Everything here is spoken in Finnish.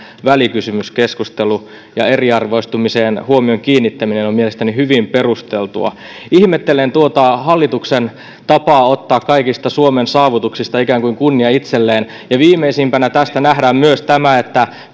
välikysymyskeskustelu ja eriarvoistumiseen huomion kiinnittäminen on mielestäni hyvin perusteltua ihmettelen tuota hallituksen tapaa ottaa kaikista suomen saavutuksista ikään kuin kunnia itselleen ja viimeisimpänä tästä nähdään myös tämä että